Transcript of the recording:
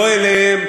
לא אליהם,